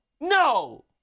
no